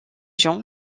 gens